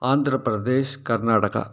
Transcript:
Andhra Pradesh Karnataka